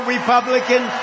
Republican